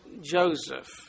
Joseph